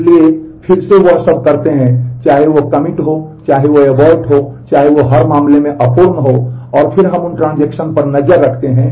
इसलिए हम फिर से वह सब करते हैं चाहे वे कमिट चरण में हैं